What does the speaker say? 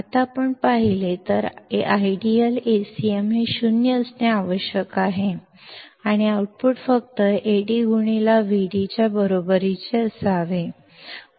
आता आपण पाहिले तर आदर्शतः Acm हे 0 असणे आवश्यक आहे आणि आउटपुट फक्त AdVd च्या बरोबरीचे असावे